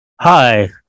Hi